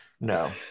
no